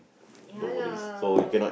ya lah